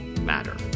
matter